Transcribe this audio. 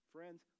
Friends